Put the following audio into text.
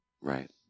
right